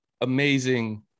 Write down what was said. amazing